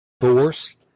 force